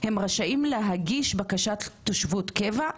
הם רשאים להגיש בקשת תושבות קבע,